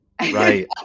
Right